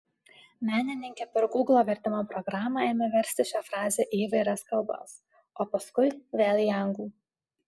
menininkė per gūglo vertimo programą ėmė versti šią frazę į įvairias kalbas o paskui vėl į anglų